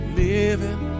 living